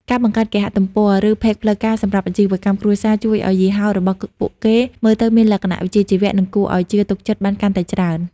ការបង្កើតគេហទំព័រ ឬផេកផ្លូវការសម្រាប់អាជីវកម្មគ្រួសារ ជួយឱ្យយីហោរបស់ពួកគេមើលទៅមានលក្ខណៈវិជ្ជាជីវៈ និងគួរឱ្យជឿទុកចិត្តបានកាន់តែច្រើន។